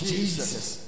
Jesus